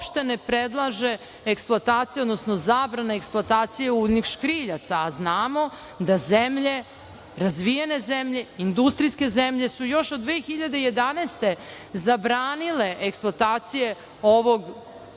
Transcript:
uopšte ne predlaže eksploatacija, odnosno zabrana eksploatacije uljnih škriljaca, a znamo da razvijene zemlje, industrijske zemlje su još od 2011. godine zabranile eksploatacije ove